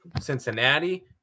Cincinnati